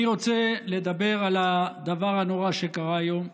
אני רוצה לדבר על הדבר הנורא שקרה היום.